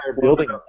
building